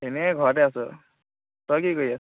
এনেই ঘৰতে আছো আৰু তই কি কৰি আছ